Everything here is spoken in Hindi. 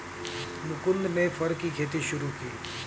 मुकुन्द ने फर की खेती शुरू की